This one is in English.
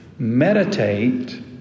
Meditate